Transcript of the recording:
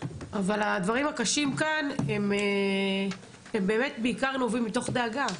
אבל הדברים הקשים כאן הם בעיקר נובעים מתוך דאגה,